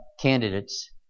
candidates